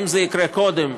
אם זה יקרה קודם,